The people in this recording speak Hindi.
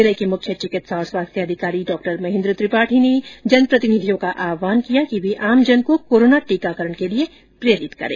जिले के मुख्य चिकित्सा और स्वास्थ्य अधिकारी डॉ महेन्द्र त्रिपाठी ने जनप्रतिनिधियों का आह्वान किया कि वे आमजन को कोरोना टीकाकरण के लिए प्रेरित करें